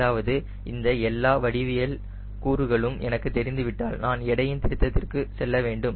அதாவது இந்த எல்லா வடிவியல் கூறுகளும் எனக்கு தெரிந்து விட்டால் நான் எடையின் திருத்தத்திற்கு செல்ல வேண்டும்